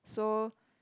so